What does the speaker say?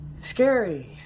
scary